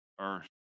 earth